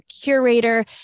curator